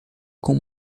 com